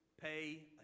Pay